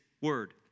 word